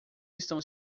estão